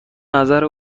نظر